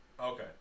Okay